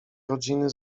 rodziny